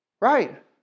Right